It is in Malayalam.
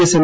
S M